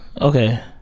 Okay